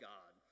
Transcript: God